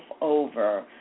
over